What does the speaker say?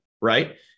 Right